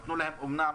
נתנו להם אומנם